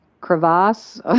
crevasse